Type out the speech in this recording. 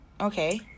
Okay